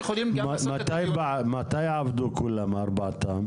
מתי עבדו כל הארבעה?